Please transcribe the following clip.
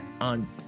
on